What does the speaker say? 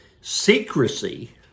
secrecy